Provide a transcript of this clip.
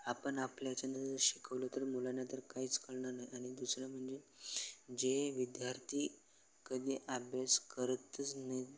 आपण आपल्याच्यानं शिकवलं तर मुलांना तर काहीच कळणार नाही आणि दुसरं म्हणजे जे विद्यार्थी कधी अभ्यास करतच नाही